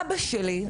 אבא שלי,